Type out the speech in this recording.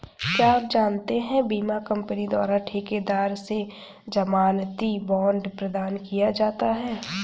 क्या आप जानते है बीमा कंपनी द्वारा ठेकेदार से ज़मानती बॉण्ड प्रदान किया जाता है?